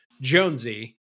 Jonesy